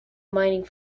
mining